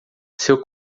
seu